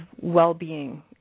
well-being